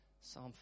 Psalm